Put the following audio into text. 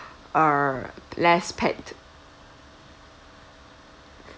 err less packed